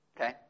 okay